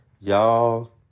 Y'all